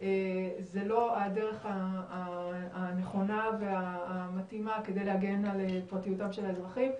זה לא הדרך הנכונה והמתאימה כדי להגן על פרטיותם של האזרחים,